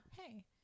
Hey